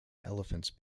elephants